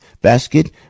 basket